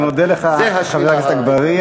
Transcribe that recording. אני מודה לך, חבר הכנסת אגבאריה.